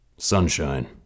Sunshine